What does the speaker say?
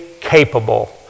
capable